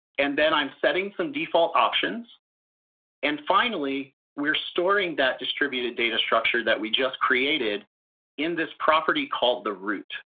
and then i'm setting some defaultoptions. and finally, we are storing that distributed data structure that we just created in this property called the root.